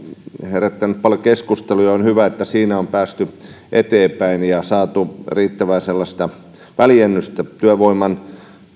herättänyt paljon keskustelua ja on hyvä että siinä on päästy eteenpäin ja saatu sellaista riittävää väljennystä työvoiman